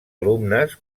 alumnes